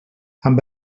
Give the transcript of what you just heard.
amb